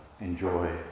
enjoy